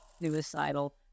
suicidal